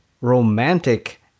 romantic